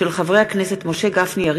של חברי הכנסת משה גפני,